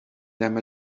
them